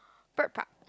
Bird Park